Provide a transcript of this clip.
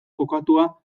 kokatua